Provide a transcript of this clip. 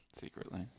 Secretly